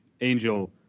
Angel